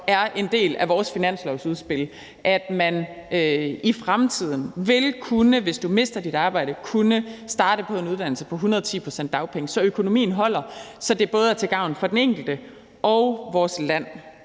er en del af vores finanslovsudspil, altså at man i fremtiden, hvis man mister sit arbejde, vil kunne starte på en uddannelse på 110 pct. af dagpengesatsen. Så økonomien holder, og det er både til gavn for den enkelte og vores land,